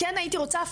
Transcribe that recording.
כן הייתי רוצה,